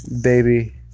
baby